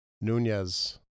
Nunez